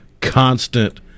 constant